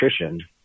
nutrition